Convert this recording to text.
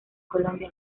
colombia